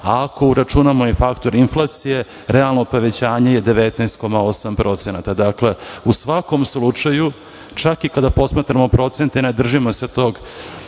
a ako računamo i faktor inflacije, realno povećanje je 19,8%.Dakle u svakom slučaju čak i kada posmatramo procente ne držimo se tog